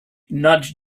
nudge